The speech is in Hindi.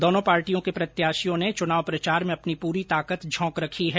दोनों पार्टियों के प्रत्याशियों ने चुनाव प्रचार में अपनी पूरी ताकत झौंक रखी है